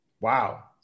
Wow